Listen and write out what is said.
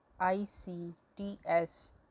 ICTS